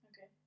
okay